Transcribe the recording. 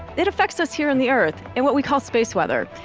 it affects us here on the earth in what we call space weather.